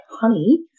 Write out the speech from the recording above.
honey